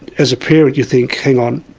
as a parent you think, hang on,